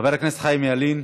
חבר הכנסת חיים ילין.